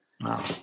Wow